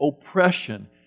oppression